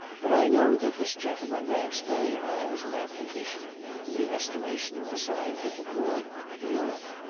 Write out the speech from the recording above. but i know that this gentleman ranks very high as a mathematician in the estimation of the scientific world of europe.